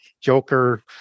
joker